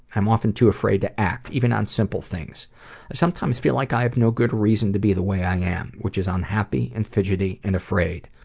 i'm often too afraid to act, even on simple things. i sometimes feel like i have no good reason to be the way i am which is unhappy, and fidgety, and afraid.